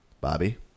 Bobby